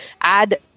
Add